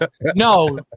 no